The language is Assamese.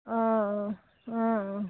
অঁ অঁ অঁ